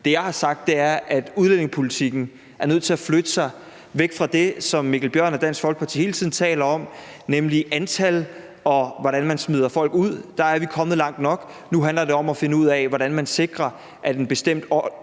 Det, jeg har sagt, er, at udlændingepolitikken er nødt til at flytte sig væk fra det, som hr. Mikkel Bjørn og Dansk Folkeparti hele tiden taler om, nemlig antal, og hvordan man smider folk ud. Der er vi kommet langt nok. Nu handler det om at finde ud af, hvordan man sikrer, at en bestemt